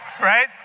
right